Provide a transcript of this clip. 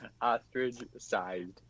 Ostrich-sized